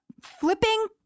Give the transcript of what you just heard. flipping